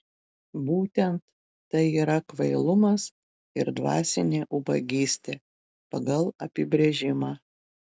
būtent tai yra kvailumas ir dvasinė ubagystė pagal apibrėžimą